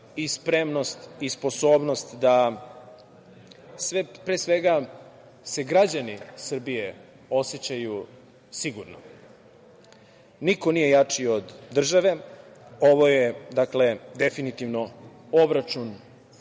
i spremnost i sposobnost da, pre svega, se građani Srbije osećaju sigurno. Niko nije jači od države. Ovo je dakle, definitivno, obračun